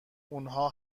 اونها